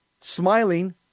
smiling